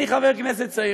אני חבר כנסת צעיר,